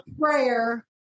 prayer